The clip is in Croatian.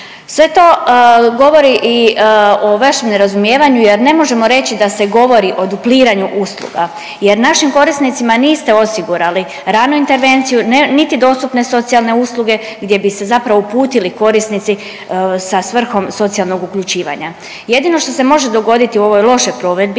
Sve to govori i o vašem nerazumijevanju jer ne možemo reći da se govori o dupliranju usluga jer našim korisnicima niste osigurali ranu intervenciju niti dostupne socijalne usluge gdje bi se zapravo uputili korisnici sa svrhom socijalnog uključivanja. Jedino što se može dogoditi u ovoj lošoj provedbi